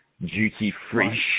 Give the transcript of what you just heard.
duty-free